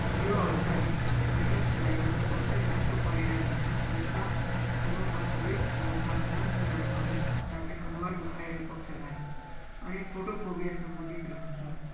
यो अवस्थाले छैटौँ स्नायु पक्षघातको परिणाम दिन्छ जसमा समपार्श्विक रूपमा कान सुन्नमा कमी साथै अनुहार दुखाइ र पक्षाघात अनि फोटोफोबिया सम्बन्धित रहन्छ